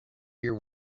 hear